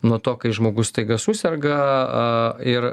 nuo to kai žmogus staiga suserga ir